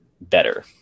better